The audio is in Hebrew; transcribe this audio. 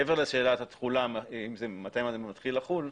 מעבר לשאלת התחולה מתי זה מתחיל לחול,